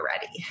ready